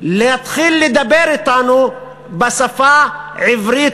להתחיל לדבר אתנו בשפה עברית,